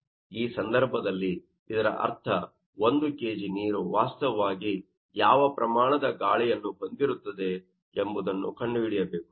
ಈ ಸಂದರ್ಭದಲ್ಲಿ ಇದರ ಅರ್ಥ 1 kg ನೀರು ವಾಸ್ತವವಾಗಿ ಯಾವ ಪ್ರಮಾಣದ ಗಾಳಿಯನ್ನು ಹೊಂದಿರುತ್ತದೆ ಎಂಬುದನ್ನು ಕಂಡುಹಿಡಿಯಬೇಕು